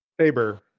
saber